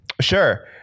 Sure